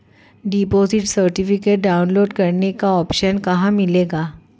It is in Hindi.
डिपॉजिट सर्टिफिकेट डाउनलोड करने का ऑप्शन कहां मिलेगा?